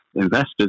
Investors